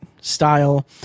style